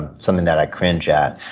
and something that i cringe at.